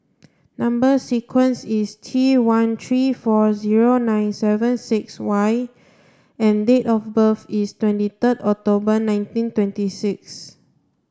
number sequence is T one three four zero nine seven six Y and date of birth is twenty third October nineteen twenty six